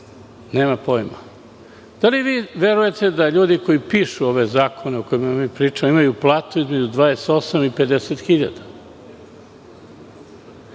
slučajno. Da li vi verujete da ljudi koji pišu ove zakone o kojima mi pričamo imaju platu između 28 i 50